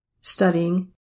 studying